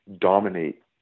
dominate